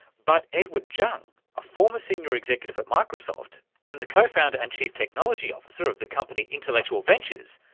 but edward jung, a former senior executive at microsoft and the co-founder and chief technology officer of the company intellectual ventures,